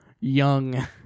Young